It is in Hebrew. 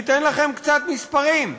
ניתן לכם קצת מספרים.